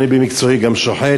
אני במקצועי גם שוחט,